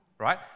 Right